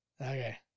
okay